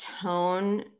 tone